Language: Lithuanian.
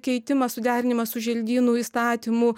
keitimą suderinimą su želdynų įstatymu